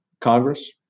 Congress